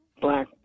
Black